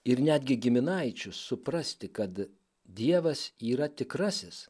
ir netgi giminaičius suprasti kad dievas yra tikrasis